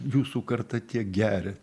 jūsų karta tiek geria